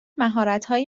مهارتهایی